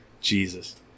Jesus